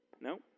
No